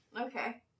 Okay